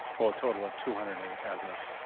but a total of to hundred eight as of